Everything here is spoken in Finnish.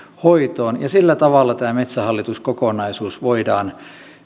hoitoon ja sillä tavalla tämä metsähallitus kokonaisuus voidaan